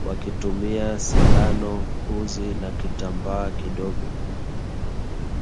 wakitumia sindano, uzi, na kitambaa kidogo.